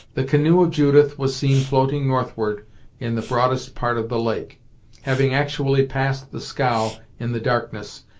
the canoe of judith was seen floating northward in the broadest part of the lake having actually passed the scow in the darkness,